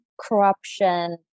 corruption